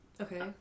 Okay